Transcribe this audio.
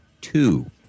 two